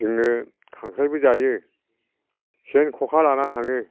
जोङो खांख्रायबो जायो सेन खखा लाना थाङो